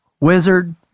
Wizard